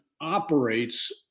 operates